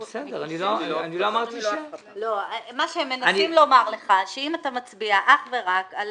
הם מנסים לומר לך שאם אתה מצביע אך ורק על